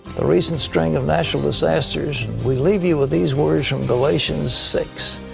a recent string of national disasters. we leave you with these words from galatians six.